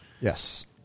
Yes